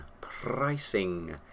pricing